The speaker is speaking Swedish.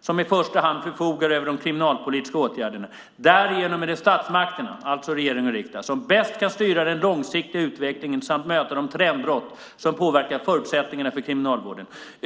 som i första hand förfogar över de kriminalpolitiska åtgärderna. Därigenom är det statsmakterna - alltså regering och riksdag - som bäst kan styra den långsiktiga utvecklingen samt möta de trendbrott som påverkar förutsättningarna för Kriminalvården.